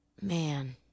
Man—